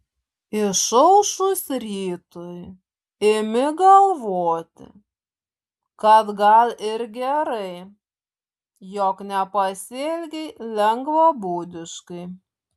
išaušus rytui imi galvoti kad gal ir gerai jog nepasielgei lengvabūdiškai